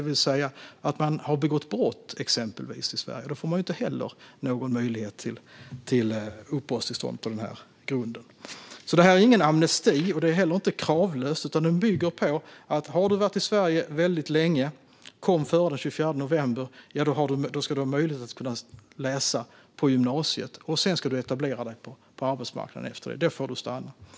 Om man exempelvis har begått brott i Sverige får man inte heller någon möjlighet till uppehållstillstånd. Detta är alltså ingen amnesti, och den är heller inte kravlös. Har man varit i Sverige väldigt länge och kom före den 24 november 2015 ska man ha möjlighet att läsa på gymnasiet. Sedan ska man etablera sig på arbetsmarknaden. Då får man stanna.